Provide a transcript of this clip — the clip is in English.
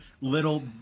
Little